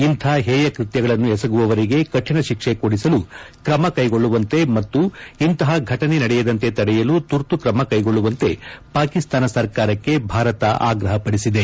ಇಂಥ ಹೇಯ ಕೃತ್ಯಗಳನ್ನು ಎಸಗುವವರಿಗೆ ಕಠಿಣ ಶಿಕ್ಷೆ ಕೊಡಿಸಲು ಕ್ರಮ ಕ್ಲೆಗೊಳ್ಳುವಂತೆ ಮತ್ತು ಇಂಥ ಫಟನೆ ನಡೆಯದಂತೆ ತಡೆಯಲು ತುರ್ತು ಕ್ರಮ ಕೈಗೊಳ್ಳುವಂತೆ ಪಾಕಿಸ್ತಾನ ಸರ್ಕಾರಕ್ಕೆ ಭಾರತ ಆಗ್ರಹಿಸಿದೆ